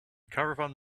caravan